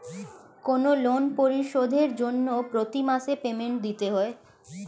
কোনো লোন পরিশোধের জন্য প্রতি মাসে পেমেন্ট দিতে হয়